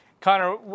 Connor